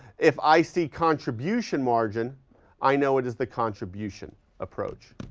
if i see contribution margin i know it is the contribution approach.